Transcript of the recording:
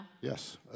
Yes